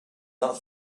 not